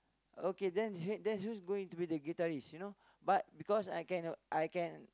okay then then who's going to be the guitarist you know but because I can I can